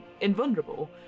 invulnerable